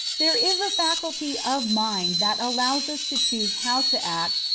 there is a faculty of mind that allows us to choose how to act,